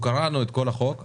קראנו את כל הצעת החוק,